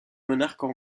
monarques